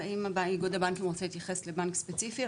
אם איגוד הבנקים ירצה להתייחס לבנק ספציפי,